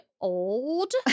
old